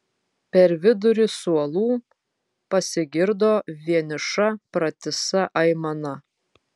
per vidurį suolų pasigirdo vieniša pratisa aimana